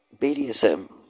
BDSM